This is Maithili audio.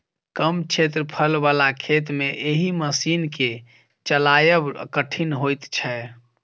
कम क्षेत्रफल बला खेत मे एहि मशीन के चलायब कठिन होइत छै